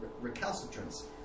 recalcitrance